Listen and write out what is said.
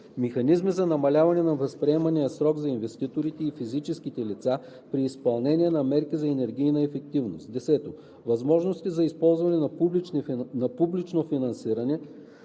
механизми за намаляване на възприемания риск за инвеститорите и физическите лица при изпълнение на мерки за енергийна ефективност; 10. възможности за използване на публично финансиране